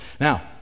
Now